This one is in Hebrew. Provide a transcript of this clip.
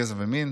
גזע ומין,